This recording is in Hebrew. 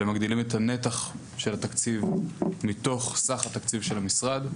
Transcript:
אלא מגדילים את הנתח של התקציב מתוך סך התקציב של המשרד.